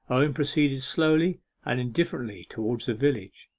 owen proceeded slowly and indifferently towards the village.